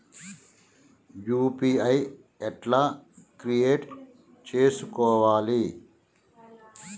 UPI ఎట్లా create చేసుకోవాలి?